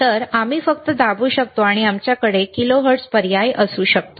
तर आम्ही फक्त दाबू शकतो आणि आमच्याकडे किलोहर्ट्झ पर्याय असू शकतो